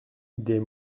des